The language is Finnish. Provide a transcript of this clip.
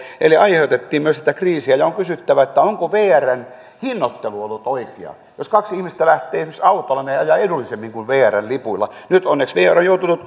eli aiheutettiin myös tätä kriisiä ja on kysyttävä onko vrn hinnoittelu ollut oikeaa jos kaksi ihmistä lähtee esimerkiksi autolla he ajavat edullisemmin kuin vrn lipuilla nyt onneksi vr on joutunut